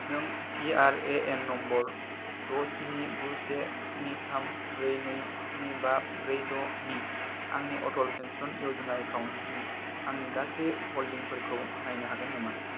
नों P R A N number द' स्नि गु से स्नि थाम ब्रै नै स्नि बा ब्रै द'नि आंनि अटल पेन्सन य'जना एकाउन्टनि आंनि गासै हल्डिंफोरखौ नायनो हागोन नामा